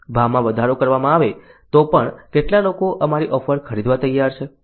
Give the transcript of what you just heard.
ભાવમાં વધારો કરવામાં આવે તો પણ કેટલા લોકો અમારી ઓફર ખરીદવા તૈયાર છે